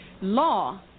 Law